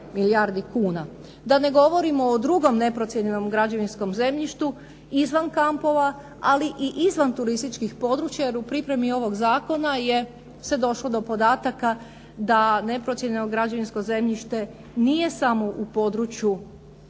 da ne govorimo o drugom neprocijenjenom građevinskom zemljištu izvan kampova, ali i iznad turističkih područja, jer u pripremi ovog zakona se došlo do podataka da neprocijenjeno građevinsko zemljište nije samo u području